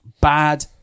bad